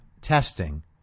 testing